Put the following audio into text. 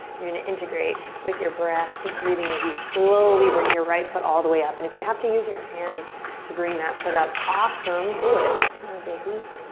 you're gonna integrate with your breath, keep breathing as you slowly bring your right foot all the way up. and if you have to use your hand to bring that foot up, awesome, do it. no biggie.